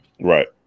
Right